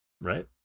Right